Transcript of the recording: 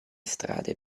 strade